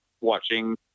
watching